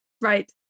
Right